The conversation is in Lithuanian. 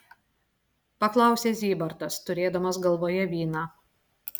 paklausė zybartas turėdamas galvoje vyną